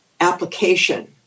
application